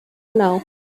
now